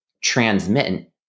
transmit